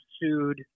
sued